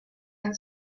and